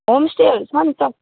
होमस्टेहरू छ नि सर